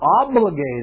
obligated